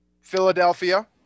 Philadelphia